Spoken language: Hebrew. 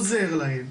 שעוזר להם,